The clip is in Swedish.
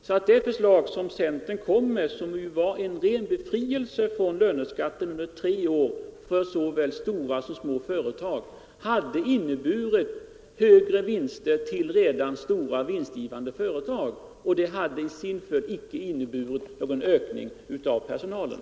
Centerns förslag om ren befrielse från löneskatt under tre år för såväl stora som små företag skulle därför ha inneburit högre vinster för stora och redan vinstgivande företag. Förslaget hade icke inneburit någon ökning av personalen.